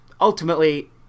ultimately